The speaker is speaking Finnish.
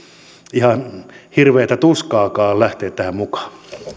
ihan hirveätä tuskaakaan lähteä tähän mukaan